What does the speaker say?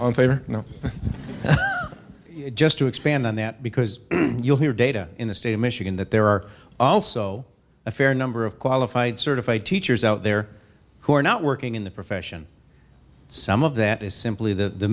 unfair you know just to expand on that because you'll hear data in the state of michigan that there are also a fair number of qualified certified teachers out there who are not working in the profession some of that is simply the